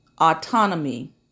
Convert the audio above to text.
autonomy